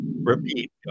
repeat